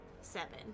Seven